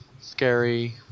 scary